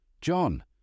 John